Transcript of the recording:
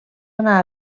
anà